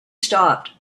stopped